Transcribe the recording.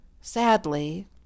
sadly